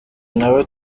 nawe